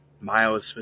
miles